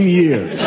years